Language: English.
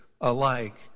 alike